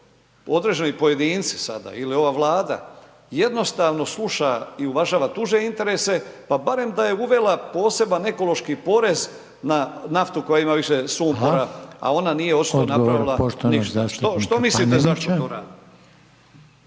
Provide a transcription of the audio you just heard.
određeni pojedinci sada ili ova Vlada jednostavno sluša i uvažava tuđe interese, pa barem da je uvela poseban ekološki porez na naftu koja ima više sumpora .../Upadica: Hvala./... a ona nije očito napravila ništa. Što mislite zašto to rade?